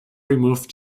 remove